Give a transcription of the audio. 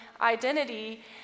identity